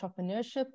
entrepreneurship